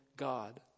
God